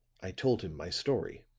i told him my story.